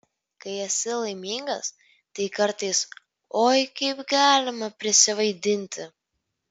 kai esi laimingas tai kartais oi kaip galima prisivaidinti